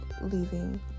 leaving